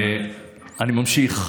אני ממשיך.